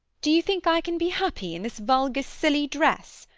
do you think i can be happy in this vulgar silly dress?